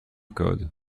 code